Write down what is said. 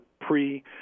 pre